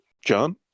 John